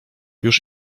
już